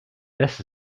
this